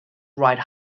ride